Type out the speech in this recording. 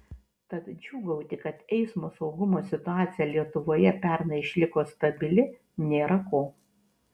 tad džiūgauti kad eismo saugumo situacija lietuvoje pernai išliko stabili nėra ko